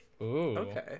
okay